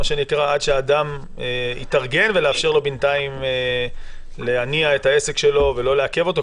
עד שאדם יתארגן ולאפשר לו בינתיים להניע את העסק שלו ולא לעכב אותו,